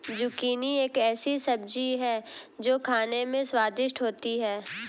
zucchini एक ऐसी सब्जी है जो खाने में स्वादिष्ट होती है